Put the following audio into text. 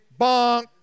Bonk